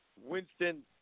Winston